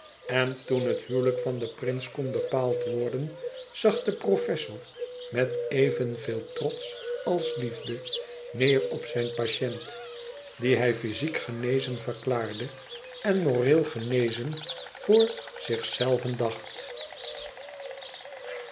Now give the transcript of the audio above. en toen het huwelijk van den prins kon bepaald worden zag de professor met evenveel trots als liefde neêr op zijn patiënt dien hij fyziek genezen verklaarde en moreel genezen voor zichzelven dacht